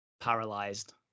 paralyzed